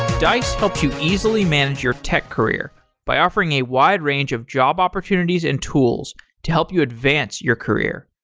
dice helps you easily manage your tech career by offering a wide range of job opportunities and tools to help you advance your career.